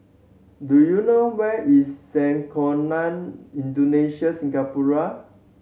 do you know where is Sekolah Indonesia Singapura